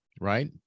right